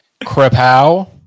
Krepow